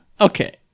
okay